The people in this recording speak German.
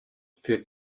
für